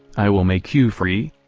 i will make you free?